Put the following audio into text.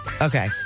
Okay